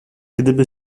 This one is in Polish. gdyby